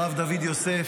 הרב דוד יוסף,